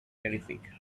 terrific